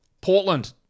Portland